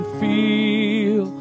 feel